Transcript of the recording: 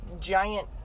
giant